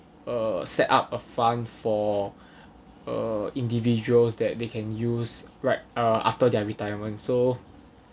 err set up a fund for uh individuals that they can use right uh after their retirement so